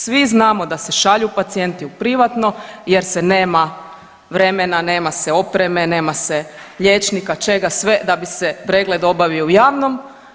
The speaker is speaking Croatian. Svi znamo da se šalju pacijenti u privatno jer se nema vremena, nema se opreme, nema se liječnika čega sve da bi se pregled obavio u javnom.